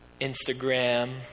Instagram